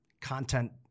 content